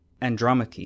Andromache